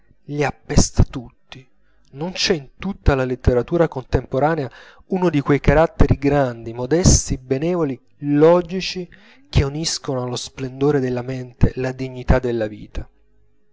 li appesta tutti non c'è in tutta la letteratura contemporanea uno di quei caratteri grandi modesti benevoli logici che uniscono allo splendore della mente la dignità della vita